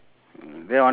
oh ya ya ya ya ya